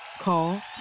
Call